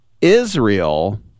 Israel